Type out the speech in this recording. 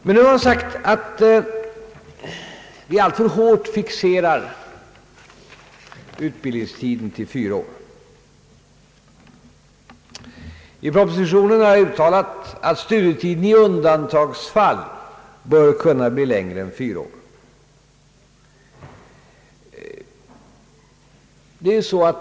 Det har sagts att vi alltför hårt fixerar utbildningstiden till fyra år. I propositionen har jag uttalat att studietiden i undantagsfall bör kunna bli längre än fyra år.